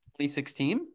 2016